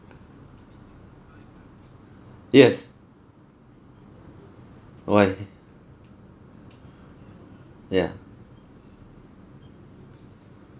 yes why ya